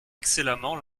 excellemment